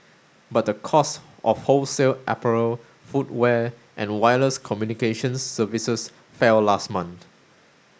but the cost of wholesale apparel footwear and wireless communication services fell last month